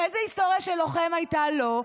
איזו היסטוריה של לוחם הייתה לו?